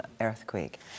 earthquake